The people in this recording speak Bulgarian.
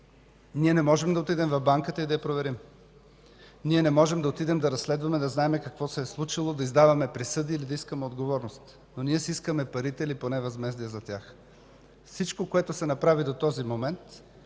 „Ние не можем да отидем в Банката и да я проверим. Ние не можем да отидем да разследваме, за да знаем какво се е случило, да издаваме присъди или да искаме отговорност. Но ние си искаме парите или поне възмездие за тях”. Всичко, което се направи до този момент,